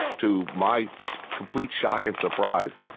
to my complete shock and surprise.